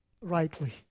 rightly